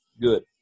good